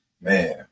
Man